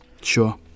sure